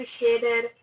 appreciated